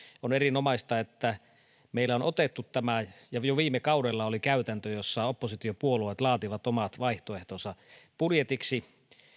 on erinomaista että meillä on otettu tämä jo viime kaudella ollut käytäntö jossa oppositiopuolueet laativat omat vaihtoehtonsa budjetiksi